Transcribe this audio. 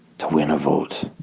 to win a vote